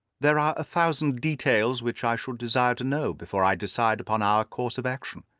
there are a thousand details which i should desire to know before i decide upon our course of action.